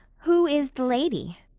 who is the lady?